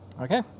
Okay